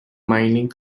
mining